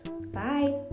bye